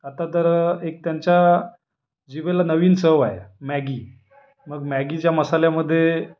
आत्ता तर एक त्यांच्या जिभेला नवीन चव आहे मॅगी मग मॅगीच्या मसाल्यामध्ये